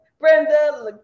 Brenda